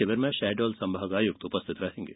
शिविर मे शहडोल संभागायुक्त उपस्थित रहेंगे